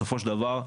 בסופו של דבר,